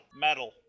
Metal